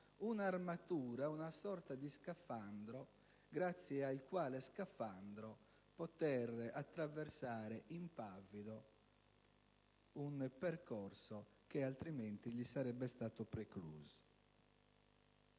una armatura, una sorta di scafandro grazie al quale poter attraversare impavido un percorso che altrimenti gli sarebbe stato precluso.